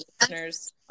listeners